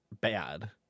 bad